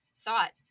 thought